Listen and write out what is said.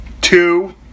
Two